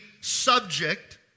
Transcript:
subject